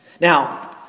Now